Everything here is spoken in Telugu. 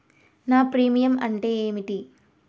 నా ప్రీమియం అంటే ఏమిటి?